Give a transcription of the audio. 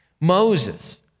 Moses